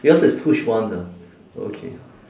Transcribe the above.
yours is push once ah okay